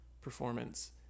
performance